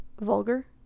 vulgar